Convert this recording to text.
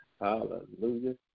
Hallelujah